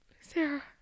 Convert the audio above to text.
sarah